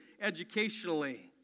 educationally